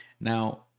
Now